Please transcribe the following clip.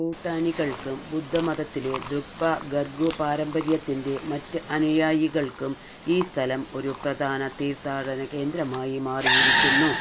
ഭൂട്ടാനികൾക്കും ബുദ്ധമതത്തിലെ ദ്രുക്ബ ഖർഗു പാരമ്പര്യത്തിൻ്റെ മറ്റ് അനുയായികൾക്കും ഈ സ്ഥലം ഒരു പ്രധാന തീർത്ഥാടന കേന്ദ്രമായി മാറിയിരിക്കുന്നു